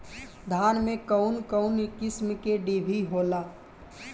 धान में कउन कउन किस्म के डिभी होला?